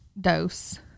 dose